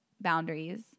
boundaries